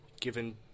given